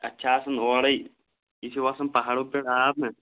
اَسہِ چھِ آسان اورے یہِ چھِ وَسان پَہاڑو پٮ۪ٹھ آب نہ